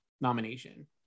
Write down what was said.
nomination